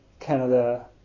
Canada